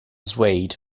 swayed